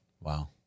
Wow